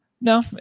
No